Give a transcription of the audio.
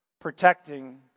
protecting